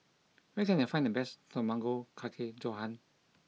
where can I find the best Tamago Kake Gohan